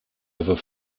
ever